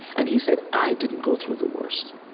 and he said, i didn't go through the worst.